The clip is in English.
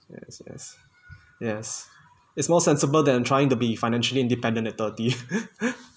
yes yes yes is more sensible than trying to be financially independent at thirty